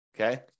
okay